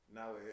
Now